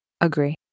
Agree